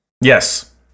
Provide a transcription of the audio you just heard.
yes